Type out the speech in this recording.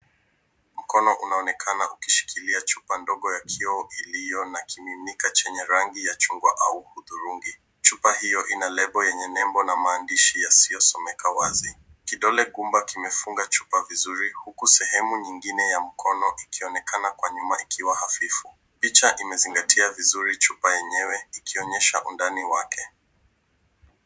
Mkono unaonekana ukishikilia chupa ndogo ya kioo iliyo na kiminika chenye rangi ya chungwa au hudhurungi. Chupa hiyo ina label yenye nembo na maandishi yasiyosomeka wazi. Kidole gumba kimefunga chupa vizuri huku sehemu nyingine ya mkono ikionekana kwa nyuma ikiwa hafifu. Picha imezingatia vizuri chupa yenyewe ikionyesha undani wake.